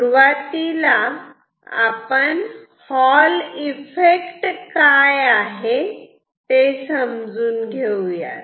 सुरुवातीला आपण Hall effect काय आहे ते समजून घेऊयात